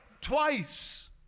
twice